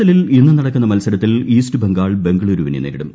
എല്ലിൽ ഇന്ന് നടക്കുന്ന മത്സരത്തിൽ ഈസ്റ്റ് ബംഗാൾ ബംഗളൂരുവിനെ നേരിടും